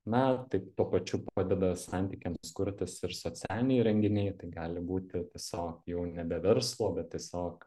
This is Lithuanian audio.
na tai tuo pačiu padeda santykiams kurtis ir socialiniai renginiai tai gali būti tiesiog jau nebe verslo bet tiesiog